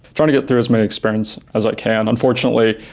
trying to get through as many experiments as i can. unfortunately,